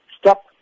Stop